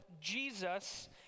Jesus